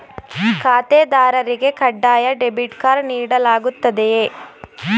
ಖಾತೆದಾರರಿಗೆ ಕಡ್ಡಾಯ debit card ನೀಡಲಾಗುತ್ತದೆಯೇ?